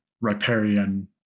riparian